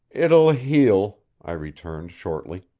it'll heal, i returned shortly.